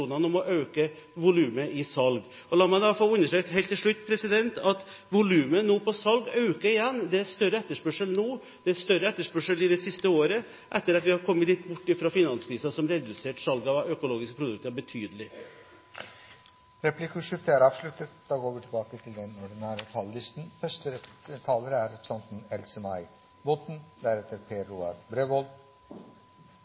om å øke volumet i salg. La meg få understreke helt til slutt at volumet på salg øker nå igjen. Det er større etterspørsel nå, og det har vært større etterspørsel det siste året etter at vi har kommet litt bort fra finanskrisen som reduserte salget av økologiske produkter betydelig. Replikkordskiftet er avsluttet. Det er en varm og inkluderende betegnelse på denne stortingsmeldingen som heter Velkommen til bords. Ja, det er